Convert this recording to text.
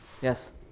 Yes